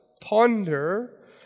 ponder